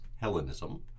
Hellenism